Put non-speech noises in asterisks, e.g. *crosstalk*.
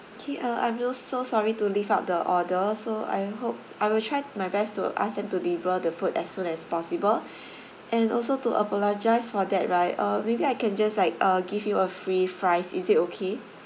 K uh I'm feel so sorry to leave out the order so I hope I will try my best to ask them to deliver the food as soon as possible *breath* and also to apologise for that right uh maybe I can just like uh give you a free fries is it okay